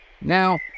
Now